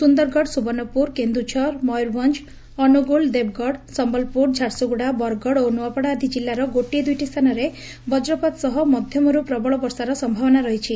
ସୁନ୍ଦରଗଡ଼ ସୁବର୍ଶ୍ୱପୁର କେନୁଝର ମୟରଭଞ୍ଞ ଅନୁଗୋଳ ଦେବଗଡ଼ ସମ୍ୟଲପୁର ଝାରସୁଗୁଡ଼ା ବରଗଡ଼ ଓ ନୂଆପଡ଼ା ଆଦି କିଲ୍ଲାର ଗୋଟିଏ ଦୁଇଟି ସ୍ଚାନରେ ବଜ୍ରପାତ ସହ ମଧ୍ୟମରୁ ପ୍ରବଳ ବର୍ଷାର ସମ୍ଭାବନା ରହିଛି